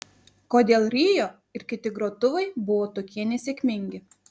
kodėl rio ir kiti grotuvai buvo tokie nesėkmingi